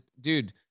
dude